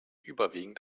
überwiegend